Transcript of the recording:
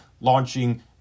launching